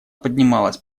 поднималась